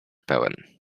pełen